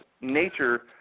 nature